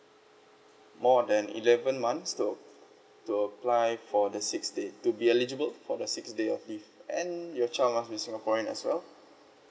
more than eleven months to to apply for the six days to be eligible for the six days of leave and your child must be singaporean as well